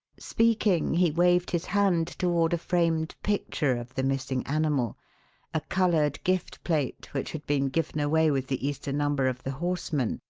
speaking, he waved his hand toward a framed picture of the missing animal a coloured gift plate which had been given away with the easter number of the horseman,